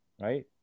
right